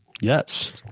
Yes